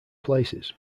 places